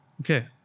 Okay